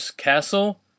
Castle